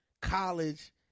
college